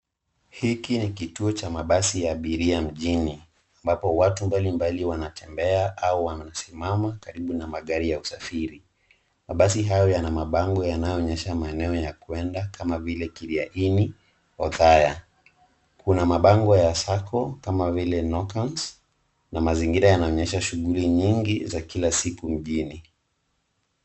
Hiki ni kituo cha mabasi ya abiria mjini ambapo watu mbalimbali wanatembea au wanasimama karibu na magari ya usafiri. Basi hayo yana mabango yanayonyesha maeneo ya kwenda kama vile Kiriani Othaya. Kuna mabango ya sacco kama vile Nokants na mazingira yanaonyesha shughuli nyingi za kila siku mjini.